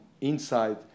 inside